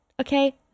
Okay